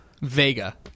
Vega